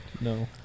No